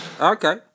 Okay